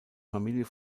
familie